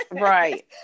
Right